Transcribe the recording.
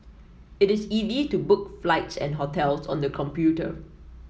it is easy to book flights and hotels on the computer